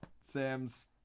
Sam's